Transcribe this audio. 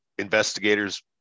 investigator's